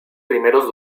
primeros